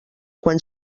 quan